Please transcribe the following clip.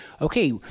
okay